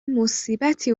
مصیبتی